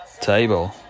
Table